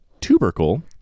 tubercle